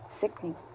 Sickening